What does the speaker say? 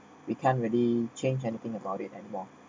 we can't really change anything about it anymore